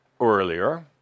earlier